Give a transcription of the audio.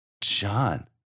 John